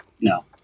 no